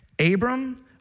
Abram